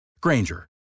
Granger